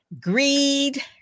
greed